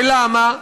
ולמה?